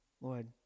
Lord